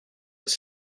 être